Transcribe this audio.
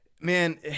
man